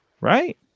right